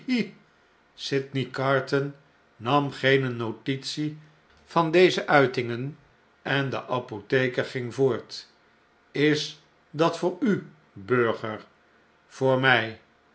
sydney carton nam geene notitie van deze uitingen en de apotheker ging voort is dat voor u burger voor mij